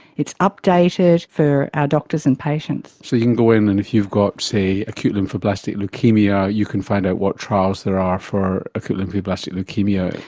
updated for our doctors and patients. so you can go in, and if you've got, say, acute lymphoblastic leukaemia, you can find out what trials there are for acute lymphoblastic leukaemia.